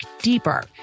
deeper